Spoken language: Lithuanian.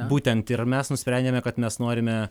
būtent ir mes nusprendėme kad mes norime